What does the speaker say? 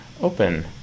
open